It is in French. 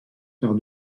par